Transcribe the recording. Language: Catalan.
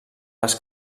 les